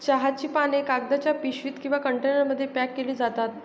चहाची पाने कागदाच्या पिशवीत किंवा कंटेनरमध्ये पॅक केली जातात